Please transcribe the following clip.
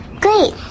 Great